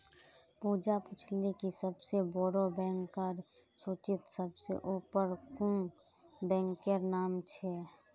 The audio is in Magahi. पूजा पूछले कि सबसे बोड़ो बैंकेर सूचीत सबसे ऊपर कुं बैंकेर नाम छे